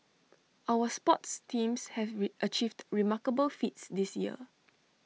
our sports teams have achieved remarkable feats this year